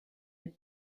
had